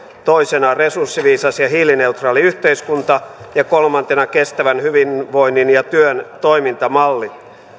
toisena resurssiviisas ja hiilineutraali yhteiskunta ja kolmantena kestävän hyvinvoinnin ja työn toimintamallit